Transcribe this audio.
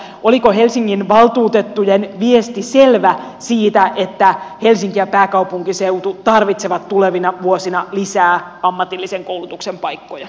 oliko helsingin valtuutettujen viesti selvä että helsinki ja pääkaupunkiseutu tarvitsevat tulevina vuosina lisää ammatillisen koulutuksen paikkoja